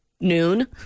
noon